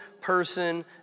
person